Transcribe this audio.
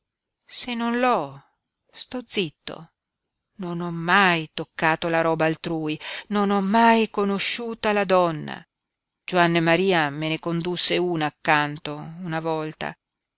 se non l'ho sto zitto non ho mai toccato la roba altrui non ho mai conosciuta la donna juanne maria me ne condusse una accanto una volta